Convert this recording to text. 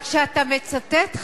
אבל כשאתה מצטט,